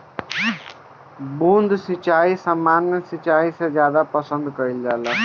बूंद सिंचाई सामान्य सिंचाई से ज्यादा पसंद कईल जाला